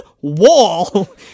wall